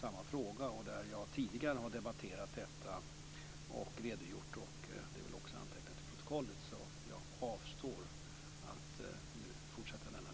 I den interpellationsdebatten har jag redogjort för detta. Det är också antecknat i protokollet, så jag avstår från att nu fortsätta denna debatt.